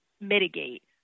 mitigate